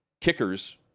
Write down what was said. kickers